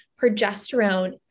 progesterone